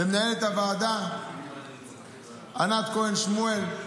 למנהלת הוועדה ענת כהן שמואל,